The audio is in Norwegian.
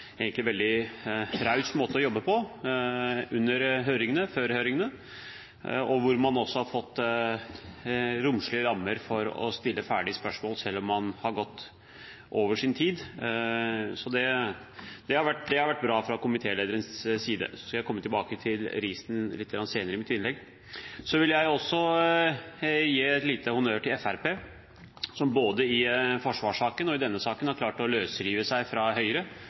egentlig har vært en veldig raus måte å jobbe på under høringene og før høringene, hvor man også har fått romslige rammer for å stille ferdig spørsmål, selv om man har gått over sin tid. Det har vært bra fra komitélederens side. Jeg skal komme tilbake til risen litt senere i mitt innlegg. Jeg vil også gi litt honnør til Fremskrittspartiet, som både i forsvarssaken og i denne saken har klart å løsrive seg fra Høyre